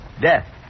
death